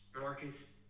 Marcus